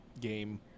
game